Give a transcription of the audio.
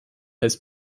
has